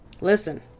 Listen